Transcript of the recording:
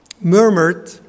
murmured